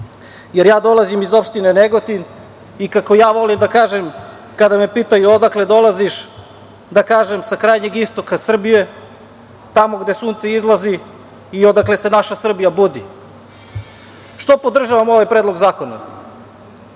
okruga. Ja dolazim iz opštine Negotin, i kako ja volim da kažem, kada me pitaju odakle dolazim, da kažem sa krajnjeg istoka Srbije, tamo gde sunce izlazi i odakle se naša Srbija budi.Zašto podržavam ovaj predlog zakona?